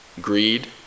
greed